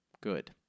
good